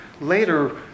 later